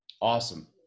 Awesome